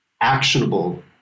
actionable